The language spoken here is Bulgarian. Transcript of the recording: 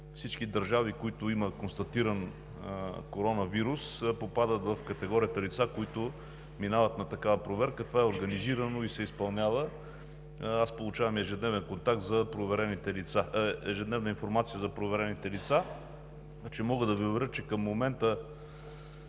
всички държави, в които има констатиран коронавирус, попадат в категорията лица, които минават през такава проверка. Това е организирано и се изпълнява. Аз получавам ежедневна информация за проверените лица, така че мога да Ви уверя, че към момента